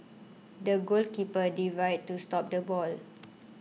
the goalkeeper dived to stop the ball